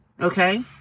okay